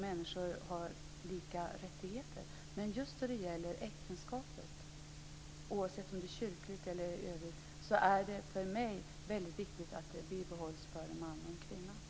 Men just när det gäller äktenskapet, oavsett om det är kyrkligt eller inte, är det för mig väldigt viktigt att det bibehålls för en man och en kvinna.